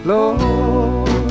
Lord